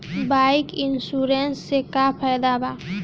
Bike insurance से का फायदा बा?